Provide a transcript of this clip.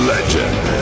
Legend